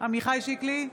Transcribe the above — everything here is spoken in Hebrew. עמיחי שיקלי,